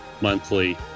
monthly